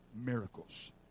miracles